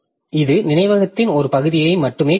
எனவே இது நினைவகத்தின் ஒரு பகுதியை மட்டுமே குறிக்கும்